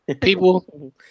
people